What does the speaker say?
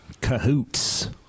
Cahoots